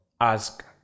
ask